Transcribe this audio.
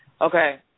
Okay